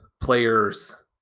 players